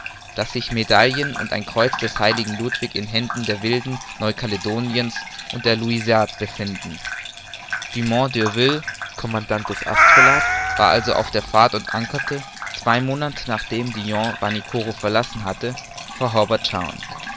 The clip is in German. daß sich medaillen und ein kreuz des heiligen ludwig in händen der wilden neu caledoniens und der louisiade befänden dumont d'urville commandant des astrolabe war also auf der fahrt und ankerte zwei monat nachdem dillon vanikoro verlassen hatte vor